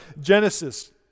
Genesis